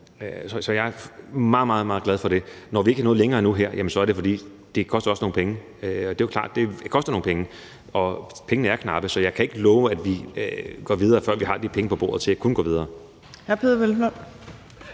Så jeg er meget, meget glad for det. Når vi her endnu ikke er nået længere, så er det, fordi det også koster nogle penge. Det er jo klart, at det koster nogle penge, og pengene er knappe, så jeg kan ikke love, at vi går videre, før vi har de penge på bordet til at kunne gå videre.